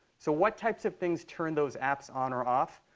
so what types of things turn those apps on or off?